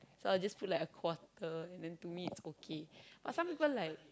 so I'll just put like a quarter and then to me it's okay but some people like